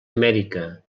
amèrica